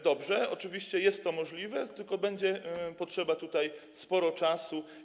Dobrze, oczywiście jest to możliwe, tylko będzie potrzeba tutaj sporo czasu.